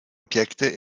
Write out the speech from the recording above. objekte